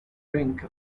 brink